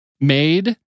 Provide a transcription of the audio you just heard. made